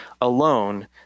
alone